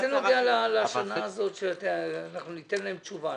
אבל מה זה נוגע לשאלה הזאת שניתן להם תשובה?